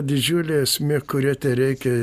didžiulė esmė kuria tereikia